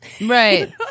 Right